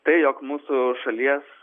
tai jog mūsų šalies